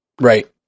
Right